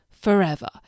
forever